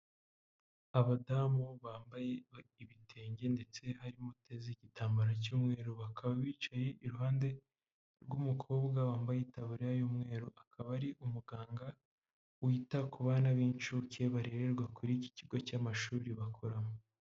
Abadamu bambaye ibitenge ndetse harimo uteze igitambara cy'umweru, bakaba bicaye iruhande rw'umukobwa wambaye itaburiya y'umweru, akaba ari umuganga wita ku bana b'incuke barererwa kuri iki kigo cy'amashuri bakoramo.